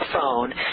phone